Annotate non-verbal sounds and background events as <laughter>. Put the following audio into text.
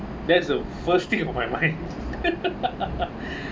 that's the first thing on my mind <laughs>